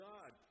God